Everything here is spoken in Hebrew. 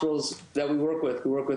ניו-יורק,